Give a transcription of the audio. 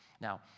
Now